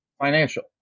financial